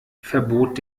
verbot